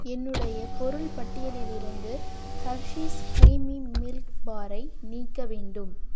என்னுடைய பொருள் பட்டியலிலிருந்து ஹெர்ஷீஸ் கிரீமி மில்க் பாரை நீக்க வேண்டும்